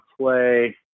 play